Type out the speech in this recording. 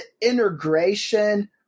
integration